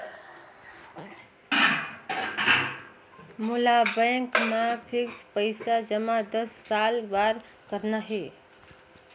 मोला बैंक मा फिक्स्ड पइसा जमा दस साल बार करना हे?